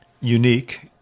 unique